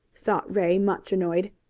thought ray, much annoyed.